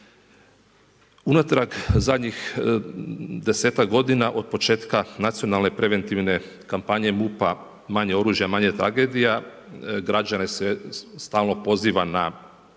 Unatrag zadnjih 10-tak godina od početka nacionalne preventivne kampanje MUP-a „Manje oružja, manje tragedija“ građane se stalno poziva na